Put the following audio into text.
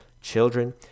children